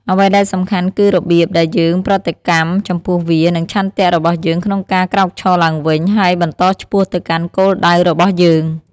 អ្វីដែលសំខាន់គឺរបៀបដែលយើងប្រតិកម្មចំពោះវា និងឆន្ទៈរបស់យើងក្នុងការក្រោកឈរឡើងវិញ ហើយបន្តឆ្ពោះទៅកាន់គោលដៅរបស់យើង។